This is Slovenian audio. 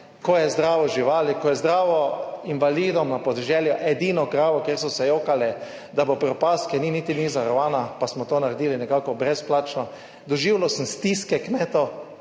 ko je zdravil živali, ko je zdravil invalidom na podeželju, edino kravo, kjer so se jokali, da bo propast, ki niti ni zavarovana, pa smo to naredili nekako brezplačno. Doživljal sem stiske kmetov